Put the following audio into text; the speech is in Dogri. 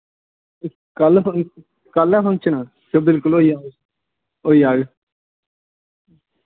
कल कल ऐ फंक्शन ते बिलकुल होई जाग होई जाग